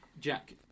Jack